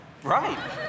Right